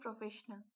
Professional